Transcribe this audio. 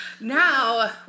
Now